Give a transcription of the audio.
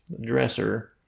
dresser